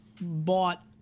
bought